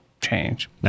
change